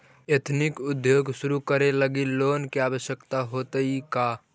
Ethnic उद्योग शुरू करे लगी लोन के आवश्यकता होतइ का?